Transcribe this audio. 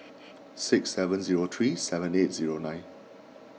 six seven zero three seven eight zero nine